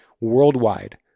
worldwide